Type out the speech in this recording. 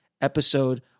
episode